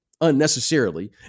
unnecessarily